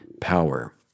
power